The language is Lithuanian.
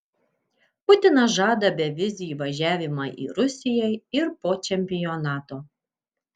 putinas žada bevizį įvažiavimą į rusiją ir po čempionato